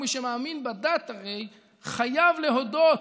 ומי שמאמין בדת הרי חייב להודות